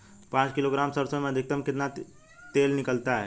पाँच किलोग्राम सरसों में अधिकतम कितना तेल निकलता है?